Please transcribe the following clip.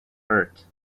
hurt